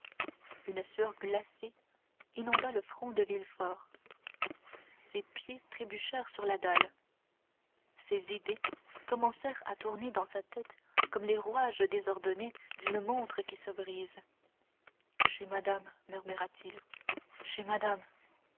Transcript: une sueur glacée inonda le front de villefort ses pieds trébuchèrent sur la dalle ses idées commencèrent à tourner dans sa tête comme les rouages désordonnés d'une montre qui se brise chez madame murmura-t-il chez madame